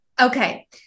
Okay